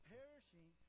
Perishing